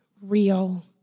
real